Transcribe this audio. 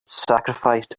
sacrificed